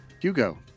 Hugo